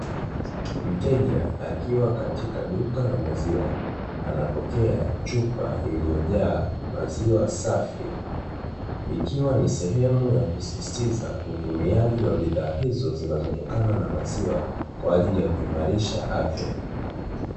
Mteja akiwa katika duka la maziwa. Anapokea chupa iliyojaa maziwa safi, ikiwa ni sehemu ya kusisitiza utumiaji wa bidhaa hizo zinazotokana na maziwa, kwa ajili ya kuimarisha afya.